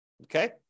Okay